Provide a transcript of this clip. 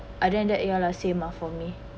other than that ya lah same lah for me